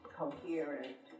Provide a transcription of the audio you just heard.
coherent